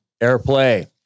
AirPlay